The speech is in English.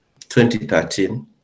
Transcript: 2013